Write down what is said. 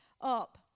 up